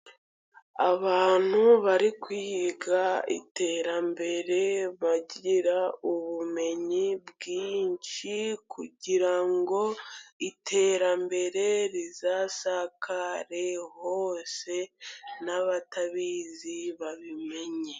Abantu bari kwiga iterambere bagira ubumenyi bwinshi kugira ngo iterambere rizasakare hose n'abatabizi babimenye.